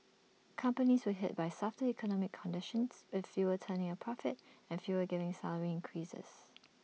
companies were hit by softer economic conditions with fewer turning A profit and fewer giving salary increases